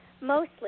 Mostly